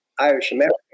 Irish-American